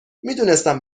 میدونستم